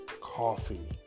coffee